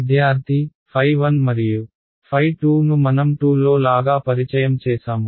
విద్యార్థి ɸ1 మరియు ɸ2 ను మనం 2 లో లాగా పరిచయం చేసాము